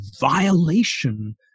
violation